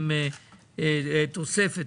שהם תוספת,